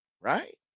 right